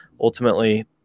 ultimately